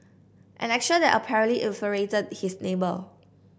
an action that apparently infuriated his neighbour